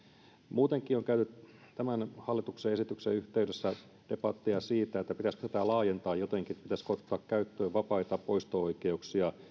muutenkin on käyty tämän hallituksen esityksen yhteydessä debatteja siitä pitäisikö tätä laajentaa jotenkin pitäisikö ottaa käyttöön vapaita poisto oikeuksia